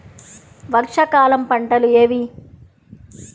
వర్షాకాలం పంటలు ఏవి?